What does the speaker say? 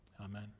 amen